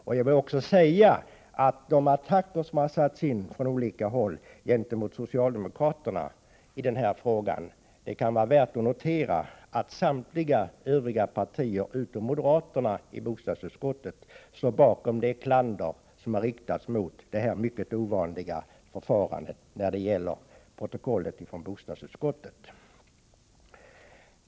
Med anledning av de attacker som från olika håll satts in gentemot socialdemokraterna i den här frågan kan det vara värt att notera att samtliga partier utom moderaterna i bostadsutskottet står bakom det klander som har riktats mot detta mycket ovanliga förfarande när det gäller protokollet från bostadsutskottet.